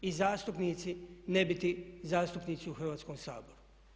I zastupnici ne biti zastupnici u Hrvatskom saboru.